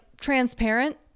transparent